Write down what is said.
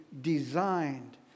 designed